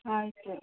ಆಯಿತು